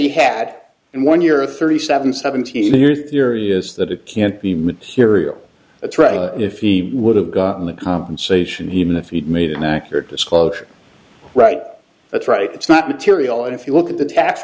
he had and when you're thirty seven seventeen you're theory is that it can't be material that's right if he would have gotten the compensation even if he'd made an accurate disclosure right that's right it's not material and if you look at the tax